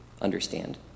understand